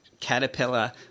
caterpillar